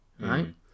right